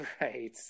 right